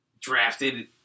drafted